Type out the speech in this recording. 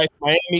Miami